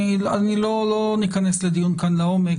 לא ניכנס לדיון כאן לעומק,